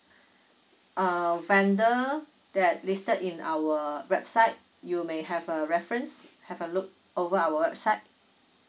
err vendor that listed in our website you may have a reference have a look over our website